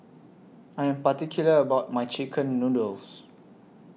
I Am particular about My Chicken Noodles